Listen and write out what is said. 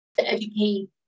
educate